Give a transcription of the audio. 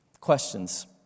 questions